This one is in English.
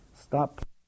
Stop